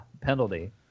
penalty